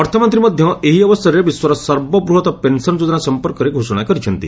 ଅର୍ଥମନ୍ତ୍ରୀ ମଧ୍ୟ ଏହି ଅବସରରେ ବିଶ୍ୱର ସର୍ବବୃହତ ପେନ୍ସନ୍ ଯୋଜନା ସଂପର୍କରେ ଘୋଷଣା କରିଛନ୍ତି